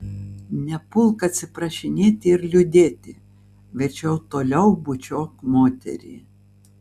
nepulk atsiprašinėti ir liūdėti verčiau toliau bučiuok moterį